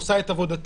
עושה את עבודתה.